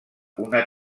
una